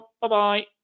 bye-bye